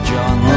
John